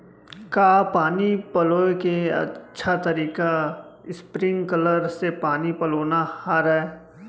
का पानी पलोय के अच्छा तरीका स्प्रिंगकलर से पानी पलोना हरय?